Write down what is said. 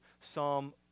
Psalm